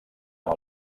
amb